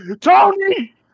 Tony